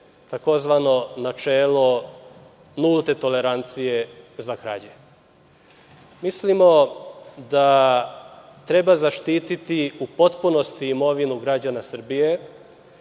tzv. na čelo nulte tolerancije za krađe. Mislimo da treba zaštititi u potpunosti imovinu građana Srbije,